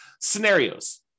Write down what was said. scenarios